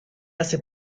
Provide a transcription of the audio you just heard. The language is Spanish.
hace